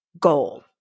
goal